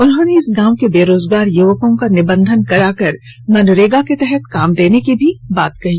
उन्होंने इस गांव के बेरोजगार युवकों का निबंधन कराकर मनरेगा के तहत काम देने की भी बात कही